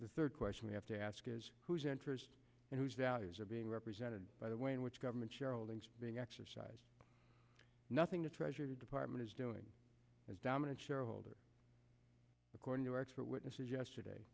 the third question we have to ask is whose interest and whose values are being represented by the way in which government shareholdings being exercised nothing the treasury department is doing as dominant shareholder according to expert witnesses yesterday